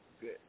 Good